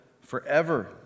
forever